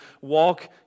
walk